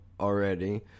already